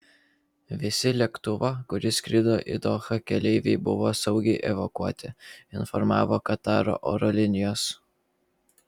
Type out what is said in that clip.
visi lėktuvo kuris skrido į dohą keleiviai buvo saugiai evakuoti informavo kataro oro linijos